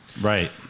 Right